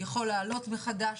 יכול להעלות מחדש,